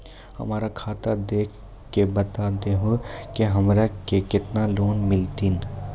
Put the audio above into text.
हमरा खाता देख के बता देहु के हमरा के केतना लोन मिलथिन?